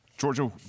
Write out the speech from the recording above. Georgia